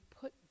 put